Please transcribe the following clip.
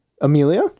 Amelia